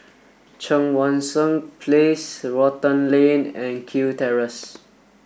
Cheang Wan Seng Place Rotan Lane and Kew Terrace